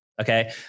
Okay